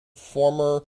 former